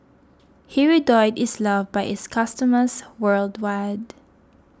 Hirudoid is loved by its customers worldwide